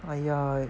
!aiya!